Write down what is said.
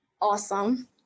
awesome